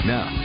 Now